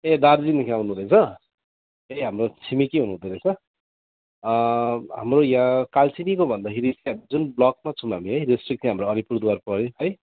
ए दार्जिलिङदेखि आउनुहुँदैछ ए हाम्रो छिमेकी हुनुहुँदो रहेछ हाम्रो यहाँ कालचिनीको भन्दाखेरि जुन ब्लकमा छौँ हामी है जस्तो कि हाम्रो अलिपुरद्वार पर्यो है